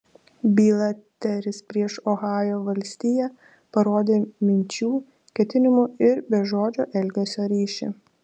byla teris prieš ohajo valstiją parodė minčių ketinimų ir bežodžio elgesio ryšį